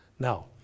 Now